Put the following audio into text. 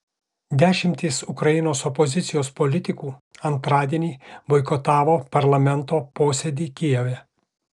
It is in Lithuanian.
dešimtys ukrainos opozicijos politikų antradienį boikotavo parlamento posėdį kijeve